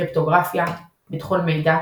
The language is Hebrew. קריפטוגרפיה ביטחון מידע